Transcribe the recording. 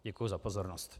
Děkuji za pozornost.